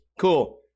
cool